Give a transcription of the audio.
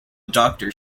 doctor